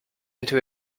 into